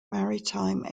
maritime